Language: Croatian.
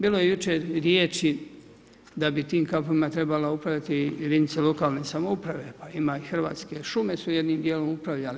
Bilo je jučer riječi da bi tim kampovima trebala upravljati jedinica lokalne samouprave, pa ima i Hrvatske šume su jednim dijelom upravljale.